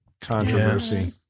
Controversy